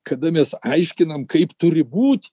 kada mes aiškinam kaip turi būt